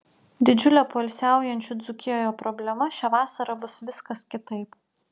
didžiulė poilsiaujančių dzūkijoje problema šią vasarą bus viskas kitaip